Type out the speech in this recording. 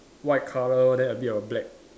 white colour then a bit of black